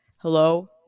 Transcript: Hello